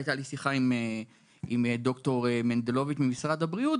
הייתה לי שיחה עם ד"ר מנדלוביץ ממשרד הבריאות,